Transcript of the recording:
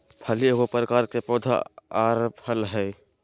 फली एगो प्रकार के पौधा आर फल हइ